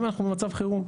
אם אנחנו במצב חירום.